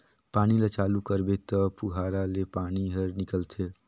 पानी ल चालू करबे त फुहारा ले पानी हर निकलथे